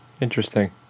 Interesting